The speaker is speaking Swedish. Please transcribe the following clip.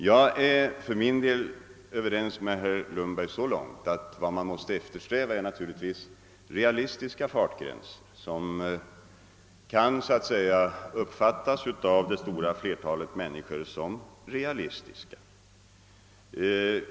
För min del är jag överens med herr Lundberg så långt, att vi bör eftersträva sådana fartgränser, som av det stora flertalet människor borde kunna uppfattas som realistiska.